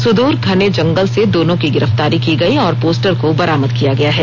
सुदूर घने जंगल से दोनों की गिरफ्तारी की गई और पोस्टर को बरामद किया गया है